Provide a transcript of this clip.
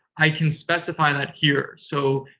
i can specify that here. so,